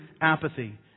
apathy